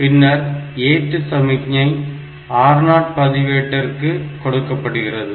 பின்னர் ஏற்று சமிக்ஞை R0 பதிவேட்டிதற்கு கொடுக்கப்படுகிறது